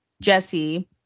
Jesse